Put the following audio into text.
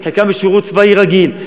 חלקם בשירות צבאי רגיל,